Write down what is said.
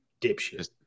dipshit